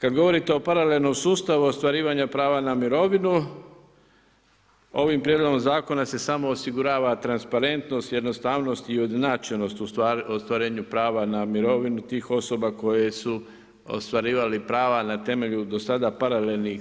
Kada govorite o paralelnom sustavu, ostvarivanju prava na mirovinu, ovim prijedlogom zakona, se samo osigurava transparentnost, jednostavnost i ujednačenost ostvarenja prava na mirovinu tih osoba koje su ostvarivale prava na temelju do sada paralelnih